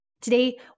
Today